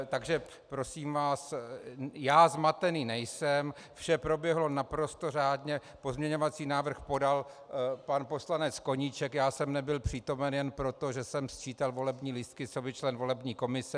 Takže prosím vás, já zmatený nejsem, vše proběhlo naprosto řádně, pozměňovací návrh podal pan poslanec Koníček, já jsem nebyl přítomen jen proto, že jsem sčítal volební lístky coby člen volební komise.